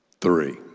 three